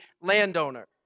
landowner